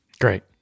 Great